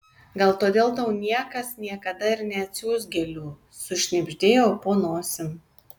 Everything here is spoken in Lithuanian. gal todėl tau niekas niekada ir neatsiųs gėlių sušnibždėjau po nosim